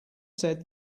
said